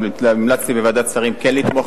המלצתי בוועדת שרים כן לתמוך,